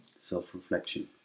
Self-reflection